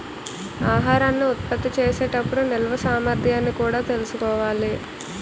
ఆహారాన్ని ఉత్పత్తి చేసే టప్పుడు నిల్వ సామర్థ్యాన్ని కూడా తెలుసుకోవాలి